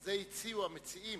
את זה הציעו המציעים.